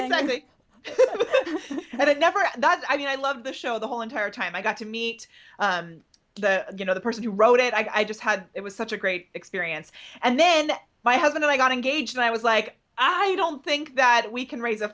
that and i've never and i mean i love the show the whole entire time i got to meet the you know the person who wrote it i just had it was such a great experience and then my husband and i got engaged and i was like i don't think that we can raise a